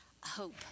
Hope